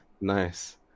Nice